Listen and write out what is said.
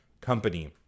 company